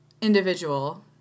individual